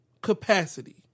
capacity